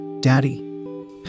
Daddy